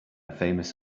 famous